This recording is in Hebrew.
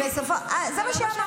זה לא מה שאמרתי.